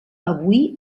avui